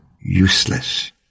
useless